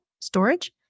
Storage